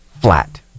flat